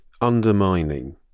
undermining